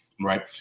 right